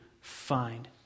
find